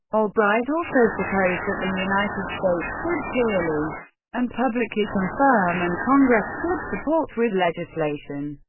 albright also proposed that the united states should clearly and publicly confirm, and congress should support with legislation,